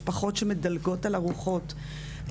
משפחות שמדלגות על ארוחות,